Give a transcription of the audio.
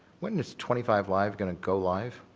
when does twenty five live going to go live?